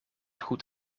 goed